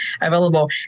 available